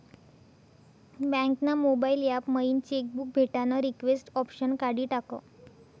bank ना mobile app मयीन cheque book भेटानं रिक्वेस्ट ऑप्शन काढी टाकं